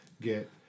get